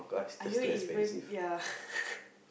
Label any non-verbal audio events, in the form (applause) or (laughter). are you even ya (laughs)